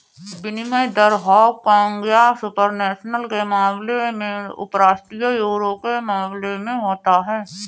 विनिमय दर हांगकांग या सुपर नेशनल के मामले में उपराष्ट्रीय यूरो के मामले में होता है